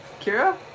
Kira